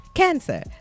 Cancer